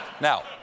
Now